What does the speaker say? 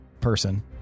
person